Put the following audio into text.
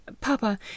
Papa